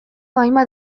hainbat